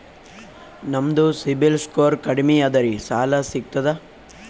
ನಮ್ದು ಸಿಬಿಲ್ ಸ್ಕೋರ್ ಕಡಿಮಿ ಅದರಿ ಸಾಲಾ ಸಿಗ್ತದ?